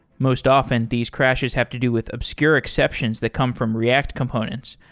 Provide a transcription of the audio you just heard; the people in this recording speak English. most often, these crashes have to do with obscure exceptions that come from react components,